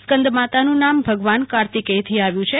સ્કંદમાતાનું નામ ભગવાન કાર્તિકેયથી આવ્યું છે